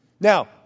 Now